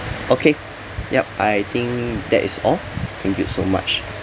okay yup I think that is all thank you so much